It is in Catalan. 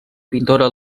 pintora